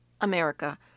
America